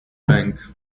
bank